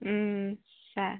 sir